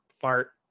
fart